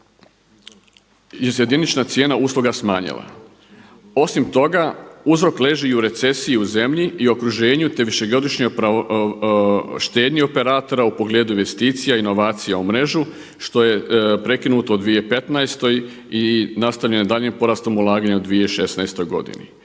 se jedinična cijena usluga smanjila. Osim toga, uzrok leži i u recesiji u zemlji i okruženju, te višegodišnjoj štednji operatora u pogledu investicija, inovacija u mrežu što je prekinuto u 2015. i nastavljeno je daljnjim porastom ulaganja u 2016. godini.